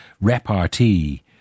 repartee